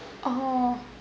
oh